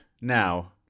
Now